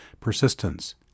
persistence